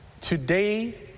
Today